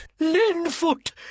Linfoot